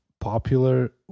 popular